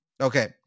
Okay